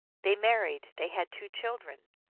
they married they had two children.